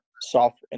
soft